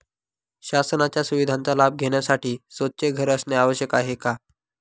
शासनाच्या सुविधांचा लाभ घेण्यासाठी स्वतःचे घर असणे आवश्यक आहे का?